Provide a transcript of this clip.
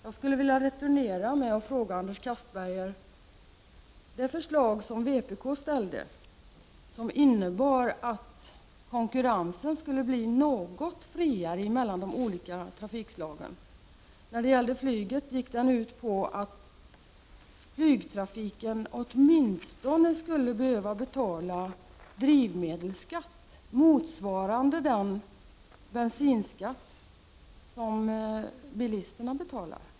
Jag skulle vilja returnera med att fråga Anders Castberger om det förslag som vpk ställde och som innebar att konkurrensen skulle bli något friare mellan de olika trafikslagen. När det gällde flyget gick den ut på att flygtrafiken åtminstone skulle behöva betala drivmedelsskatt motsvarande den bensin 117 skatt som bilisterna betalar.